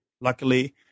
Luckily